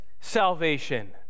salvation